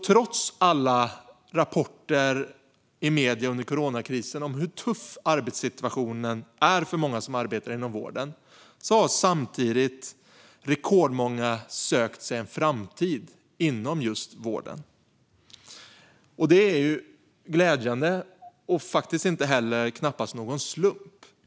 Trots alla rapporter i medierna under coronakrisen om hur tuff arbetssituationen är för många som arbetar inom vården har samtidigt rekordmånga sökt sig en framtid inom just vården. Det är glädjande och dessutom knappast någon slump.